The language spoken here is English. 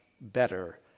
better